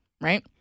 Right